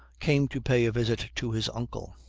came to pay a visit to his uncle.